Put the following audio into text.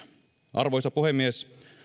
arvoisa puhemies